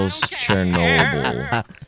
Chernobyl